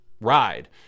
ride